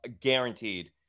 guaranteed